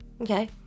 Okay